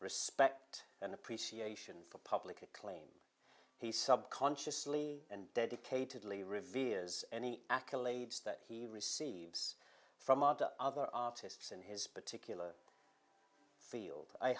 respect and appreciation for public acclaim he subconsciously and dedicatedly reveres any accolades that he receives from model other artists in his particular field i